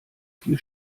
viel